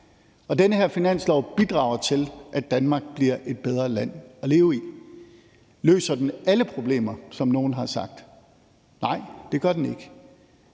Den her finanslov bidrager til, at Danmark bliver et bedre land at leve i. Løser den alle problemer, som nogle har sagt? Nej, det gør den ikke,